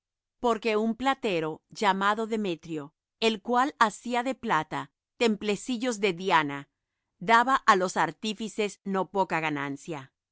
porque un platero llamado demetrio el cual hacía de plata templecillos de diana daba á los artífices no poca ganancia